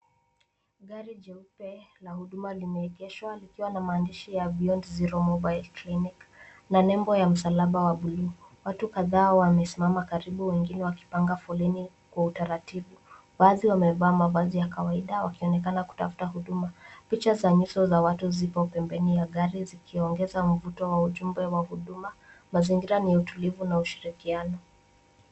Gari jeupe la huduma limeegeshwa likiwa na maandishi ya Beyond Zero Mobile Clinic na nembo ya msalaba wa buluu. Watu kadhaa wamesimama karibu wengine wakipanga foleni kwa utaratibu. Baadhi wamevaa mavazi ya kawaida wakionekana kutafuta huduma. Picha za nyuso za watu zipo pembeni ya gari zikiongeza mvuto wa ujumbe wa huduma. Mazingira ni ya utulivu na ushirikiano.